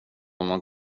honom